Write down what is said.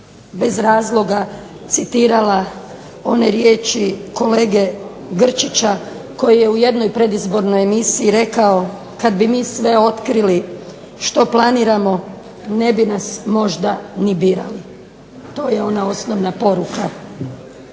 bez razloga citirala one riječi kolege Grčića koji je u jednoj predizbornoj emisiji rekao kada bismo mi sve otkrili što planiramo ne bi nas možda ni birali. To je ona osnovna poruka.